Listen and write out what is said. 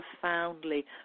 profoundly